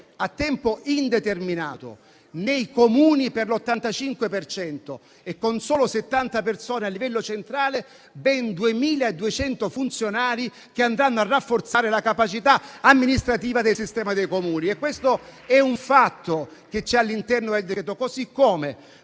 a tempo indeterminato, nei Comuni per l'85 per cento e con solo 70 persone a livello centrale, ben 2.200 funzionari che andranno a rafforzare la capacità amministrativa del sistema dei Comuni. Questo è quanto previsto nel decreto-legge.